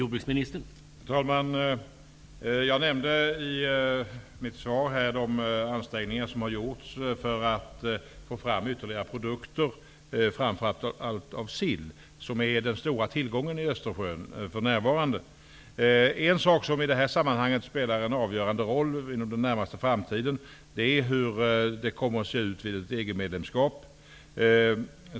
Herr talman! I mitt svar nämnde jag de ansträngningar som har gjorts för att få fram ytterligare produkter, framför allt när det gäller sill. Sillen är för närvarande den stora tillgången i Östersjön. En sak som inom den närmaste framtiden kommer att spela en avgörande roll i det här sammanhanget är hur förhållandena kommer att bli vid ett EG-medlemskap.